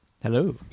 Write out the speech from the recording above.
Hello